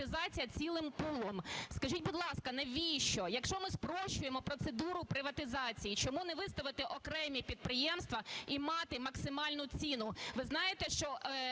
приватизація цілим пулом. Скажіть, будь ласка, навіщо? Якщо ми спрощуємо процедуру приватизації, чому не виставити окремі підприємства і мати максимальну ціну. Ви знаєте, що